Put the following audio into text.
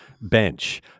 bench